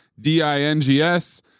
D-I-N-G-S